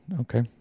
Okay